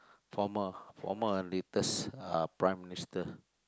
former former latest uh Prime-Minister